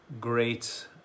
great